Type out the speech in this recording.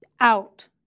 out